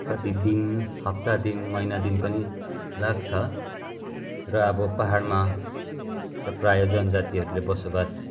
कति दिन हप्ता दिन महिना दिन पनि लाग्छ र अब पहाडमा प्रायः जनजातिहरूले बसोबास